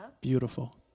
beautiful